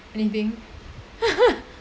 anything